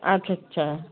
আচ্ছা আচ্ছা